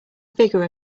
figure